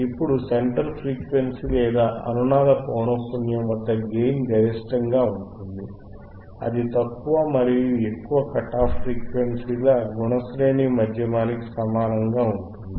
ఇప్పుడు centre frequency లేదా అనునాద పౌనఃపున్యం దగ్గర గెయిన్ గరిష్టంగా ఉంటుంది అది తక్కువ మరియు ఎక్కువ కట్ ఆఫ్ఫ్రీక్వెన్సీ ల గుణ శ్రేణీ మాధ్యమానికి సమానముగా ఉంటుంది